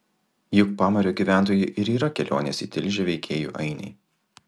juk pamario gyventojai ir yra kelionės į tilžę veikėjų ainiai